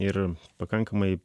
ir pakankamai